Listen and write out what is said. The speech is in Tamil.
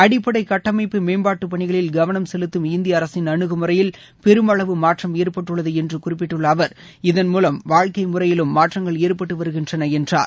அடிப்படை கட்டமைப்பு மேம்பாட்டு பணிகளில் கவனம் செலுத்தும் இந்திய அரசின் அனுகுமுறையில் பெருமளவு மாற்றம் ஏற்பட்டுள்ளது என்று குறிப்பிட்டுள்ள அவர் இதன்மூவம் வாழ்க்கை முறையிலும் மாற்றங்கள் ஏற்பட்டு வருகின்றன என்றார்